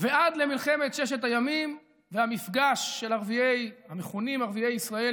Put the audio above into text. ועד למלחמת ששת הימים והמפגש של המכונים "ערביי ישראל"